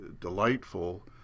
delightful